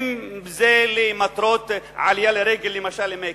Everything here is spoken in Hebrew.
אם למטרות עלייה לרגל למכה,